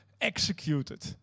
executed